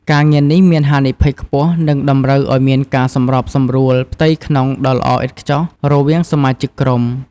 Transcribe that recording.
ការងារនេះមានហានិភ័យខ្ពស់ និងតម្រូវឲ្យមានការសម្របសម្រួលផ្ទៃក្នុងដ៏ល្អឥតខ្ចោះរវាងសមាជិកក្រុម។